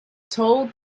told